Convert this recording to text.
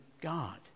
God